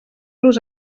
los